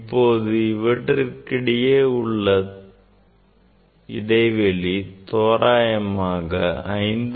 இப்போது இவற்றிற்கிடையே உள்ள இடைவெளி தோராயமாக 5